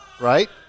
right